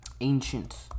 ancient